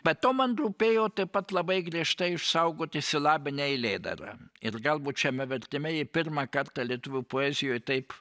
be to man rūpėjo taip pat labai griežtai išsaugoti silabinę eilėdarą ir galbūt šiame vertime ji pirmą kartą lietuvių poezijoj taip